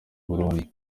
burundi